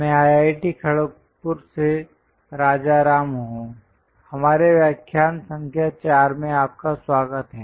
मैं आईआईटी खड़गपुर से राजाराम हूं हमारे व्याख्यान संख्या 4 में आपका स्वागत है